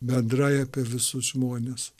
bendrai apie visus žmones